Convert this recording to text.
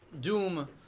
doom